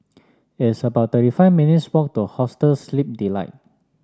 it's about thirty five minutes' walk to Hostel Sleep Delight